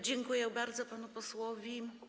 Dziękuję bardzo panu posłowi.